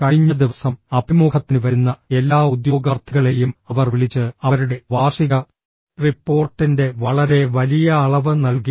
കഴിഞ്ഞ ദിവസം അഭിമുഖത്തിന് വരുന്ന എല്ലാ ഉദ്യോഗാർത്ഥികളെയും അവർ വിളിച്ച് അവരുടെ വാർഷിക റിപ്പോർട്ടിന്റെ വളരെ വലിയ അളവ് നൽകി